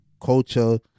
culture